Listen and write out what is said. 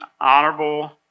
honorable